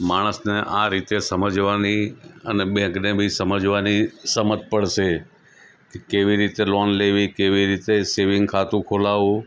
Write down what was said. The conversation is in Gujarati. માણસને આ રીતે સમજવાની અને બેંકને બી સમજવાની સમજ પડશે કે કેવી રીતે લોન લેવી કેવી રીતે સેવિંગ ખાતું ખોલાવવું